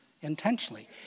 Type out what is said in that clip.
intentionally